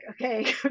okay